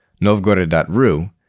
Novgorod.ru